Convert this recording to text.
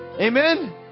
Amen